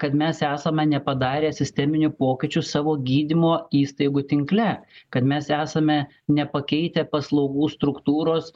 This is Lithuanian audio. kad mes esame nepadarę sisteminių pokyčių savo gydymo įstaigų tinkle kad mes esame nepakeitę paslaugų struktūros